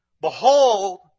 Behold